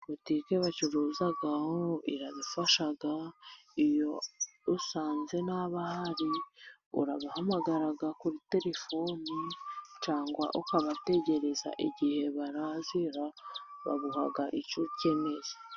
Butike bacuruzaho iradufasha, iyo usanze nta bahari urabahamagara kuri telefone, cyangwa ukabategereza igihe barazira, baguha icyo ukeneye